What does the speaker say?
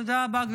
תודה רבה.